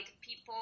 people